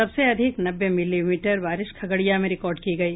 सबसे अधिक नब्बे मिलीमीटर बारिश खगड़िया में रिकार्ड की गयी